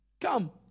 come